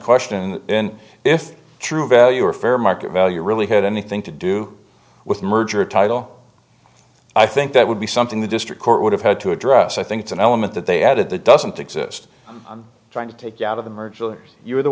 question and if true value or fair market value really had anything to do with merger title i think that would be something the district court would have had to address i think it's an element that they added the doesn't exist on trying to take out of the merge really you were the